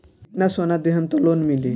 कितना सोना देहम त लोन मिली?